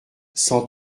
cent